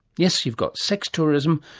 yes, you've got sex tourism,